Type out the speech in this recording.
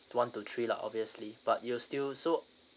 one to three lah obviously but it'll still so